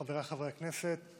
חבריי חברי הכנסת,